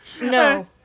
No